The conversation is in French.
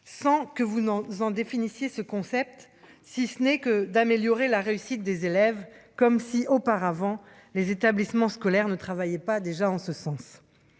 sans que vous n'en faisant définissiez ce concept, si ce n'est que d'améliorer la réussite des élèves, comme si, auparavant, les établissements scolaires ne travaillait pas déjà en ce sens,